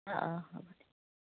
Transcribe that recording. অঁ